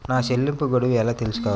నా చెల్లింపు గడువు ఎలా తెలుసుకోవాలి?